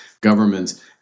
governments